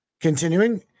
Continuing